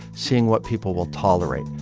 seeing what people will tolerate.